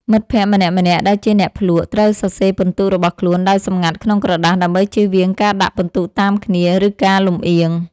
មិត្តភក្តិម្នាក់ៗដែលជាអ្នកភ្លក្ស ត្រូវសរសេរពិន្ទុរបស់ខ្លួនដោយសម្ងាត់ក្នុងក្រដាស ដើម្បីចៀសវាងការដាក់ពិន្ទុតាមគ្នា ឬការលម្អៀង។